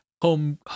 Home